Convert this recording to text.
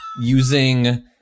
using